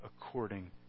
according